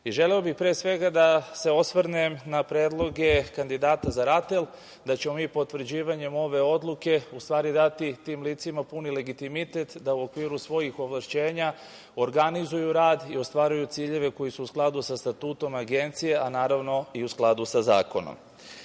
Želeo bih pre svega da se osvrnem na predloge kandidata za RATEL, da ćemo mi potvrđivanjem ove Odluke, u stvari dati tim licima puni legitimitet da u okviru svojih ovlašćenja organizuju rad i ostvaruju ciljeve koji su u skladu sa Statutom Agencije, a naravno i u skladu sa zakonom. Pred